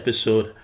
episode